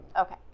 Okay